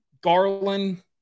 Garland